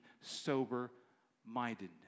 sober-minded